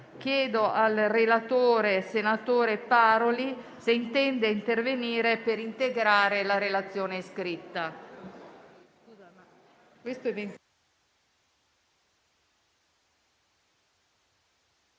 Chiedo al relatore, senatore Pillon, se intende intervenire per integrare la relazione scritta.